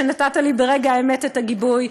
נתת לי ברגע האמת את הגיבוי,